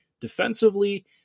defensively